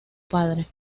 padre